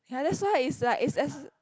ya that's why it's like it's as